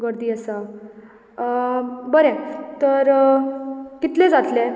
गर्दी आसा बरें तर कितले जातले